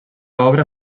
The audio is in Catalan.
obra